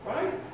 Right